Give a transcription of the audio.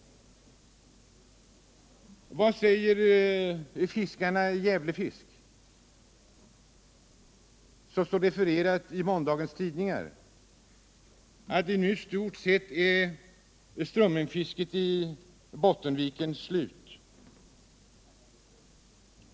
Vad säger fiskarna i Gävlefisks ekonomiska förening? Det står refererat i måndagens tidningar. I stort sett är nu strömmingsfisket i Bottenviken slut.